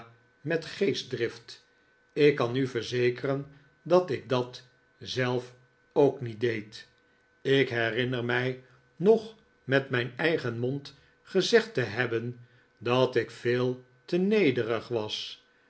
met geestdrift ik kan u verzekeren dat ik dat zelf ook niet deed ik uriah keep is mijn gast herinner mij nog met mijn eigen mond gezegd te hebben dat ik veel te nederig was